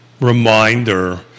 reminder